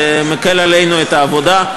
זה מקל עלינו את העבודה,